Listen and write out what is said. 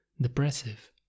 depressive